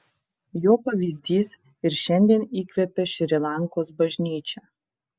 jo pavyzdys ir šiandien įkvepia šri lankos bažnyčią